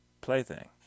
plaything